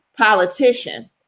politician